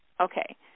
Okay